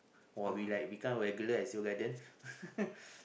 !wah! we like become regular at Seoul-Garden